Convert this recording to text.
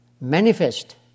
Manifest